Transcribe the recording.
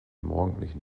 morgendlichen